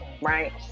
right